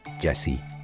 jesse